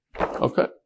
Okay